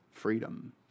Freedom